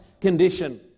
condition